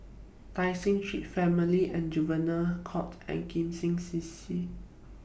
Tai Seng Street Family and Juvenile Court and Kim Seng C C